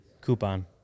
Coupon